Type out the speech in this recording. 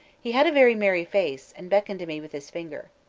he had a very merry face, and beckoned to me with his finger.